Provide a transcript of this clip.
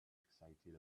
excited